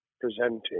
presenting